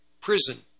prison